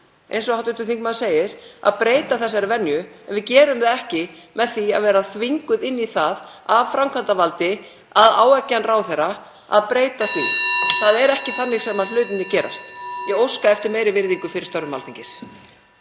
eins og hv. þingmaður segir, að breyta þessari venju en við gerum það ekki með því að vera þvinguð inn í það af framkvæmdarvaldi að áeggjan ráðherra að breyta því. (Forseti hringir.) Það er ekki þannig sem hlutirnir gerast. Ég óska eftir meiri virðingu fyrir störfum Alþingis.